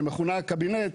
שמכונה "קבינט",